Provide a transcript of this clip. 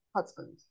husband